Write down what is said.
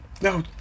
No